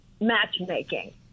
matchmaking